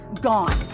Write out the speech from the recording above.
gone